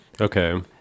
Okay